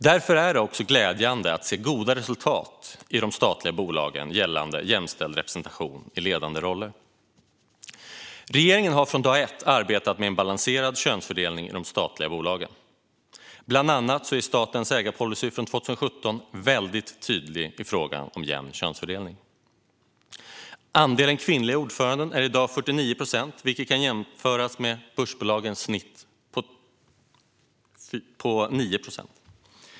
Därför är det också glädjande att se goda resultat i de statliga bolagen gällande jämställd representation i ledande roller. Regeringen har från dag ett arbetat med en balanserad könsfördelning i de statliga bolagen. Bland annat är statens ägarpolicy från 2017 väldigt tydlig i frågan om jämn könsfördelning. Andelen kvinnliga ordförande är i dag 49 procent, vilket kan jämföras med börsbolagens snitt på 9 procent.